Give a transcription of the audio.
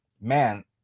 man